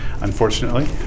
unfortunately